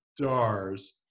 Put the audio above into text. Stars